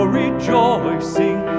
rejoicing